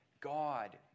God